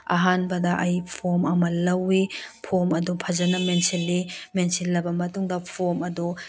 ꯑꯍꯥꯟꯕꯗ ꯑꯩ ꯐꯣꯝ ꯑꯃ ꯂꯧꯋꯤ ꯐꯣꯝ ꯑꯗꯨ ꯐꯖꯅ ꯃꯦꯟꯁꯥꯜꯂꯤ ꯃꯦꯟꯁꯤꯟꯂꯕ ꯃꯇꯨꯡꯗ ꯐꯣꯝ ꯑꯗꯣ